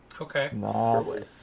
Okay